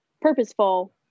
purposeful